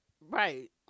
Right